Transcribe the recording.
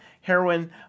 heroin